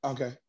Okay